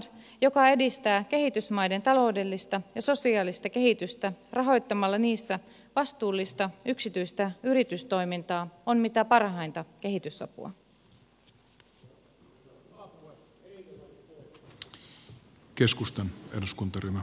finnfund joka edistää kehitysmaiden taloudellista ja sosiaalista kehitystä rahoittamalla niissä vastuullista yksityistä yritystoimintaa on mitä parhainta kehitysapua